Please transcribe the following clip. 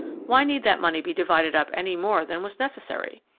why need that money be divided up any more than was necessary.